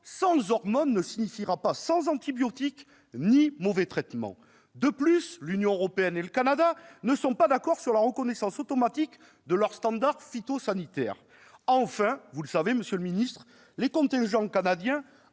sans hormones » ne signifie pas sans antibiotiques ni sans mauvais traitements. De plus, l'Union européenne et le Canada ne sont pas d'accord sur la reconnaissance automatique de leurs standards phytosanitaires. Enfin, les contingents canadiens